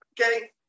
Okay